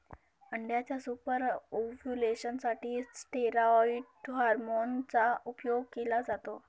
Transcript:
अंड्याच्या super ovulation साठी steroid hormone चा उपयोग केला जातो